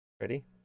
Ready